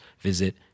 visit